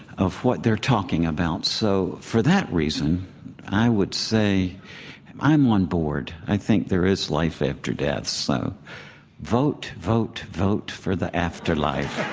what they're talking about. so for that reason i would say i'm i'm onboard. i think there is life after death. so vote, vote, vote for the afterlife.